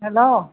hello